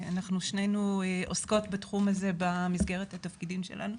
אנחנו שתינו עוסקות בתחום הזה במסדרת התפקידים שלנו.